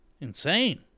insane